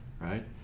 right